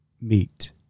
meet